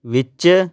ਵਿੱਚ